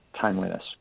timeliness